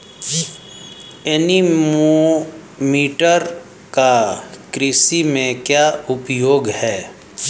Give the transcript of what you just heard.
Anemometer का कृषि में क्या उपयोग है?